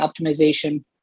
optimization